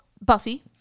Buffy